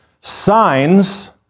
signs